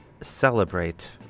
Celebrate